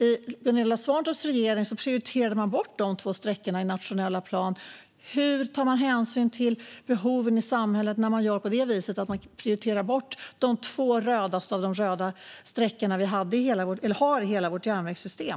Gunilla Svantorps regering prioriterade bort dessa två sträckor i den nationella planen. Hur tar man hänsyn till behoven i samhället när man gör på det viset - när man prioriterar bort de två rödaste av alla röda sträckor vi har i hela vårt järnvägssystem?